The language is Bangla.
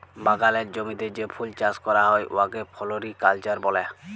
বাগালের জমিতে যে ফুল চাষ ক্যরা হ্যয় উয়াকে ফোলোরিকাল্চার ব্যলে